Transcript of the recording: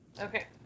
Okay